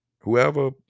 Whoever